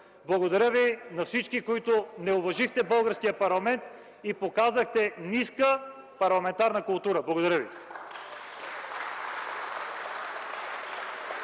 Благодаря на всички, които не уважихте българския парламент и показахте ниска парламентарна култура! Благодаря ви.